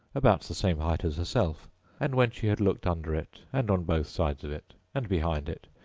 about the same height as herself and when she had looked under it, and on both sides of it, and behind it,